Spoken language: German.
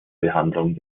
behandlung